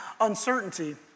uncertainty